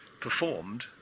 performed